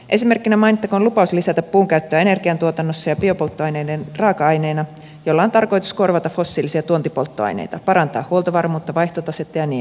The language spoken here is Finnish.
esimerkkinä mainittakoon lupaus lisätä puun käyttöä energiantuotannossa ja biopolttoaineiden raaka aineena jolla on tarkoitus korvata fossiilisia tuontipolttoaineita parantaa huoltovarmuutta vaihtotasetta ja niin edelleen